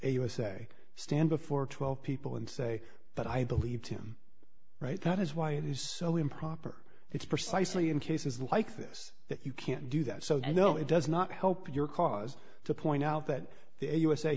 usa stand before twelve people and say but i believe him right that is why it is so improper it's precisely in cases like this that you can't do that so no it does not help your cause to point out that the u